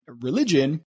religion